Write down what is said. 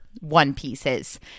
one-pieces